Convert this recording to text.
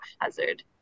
hazard